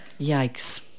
Yikes